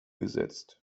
gesetzt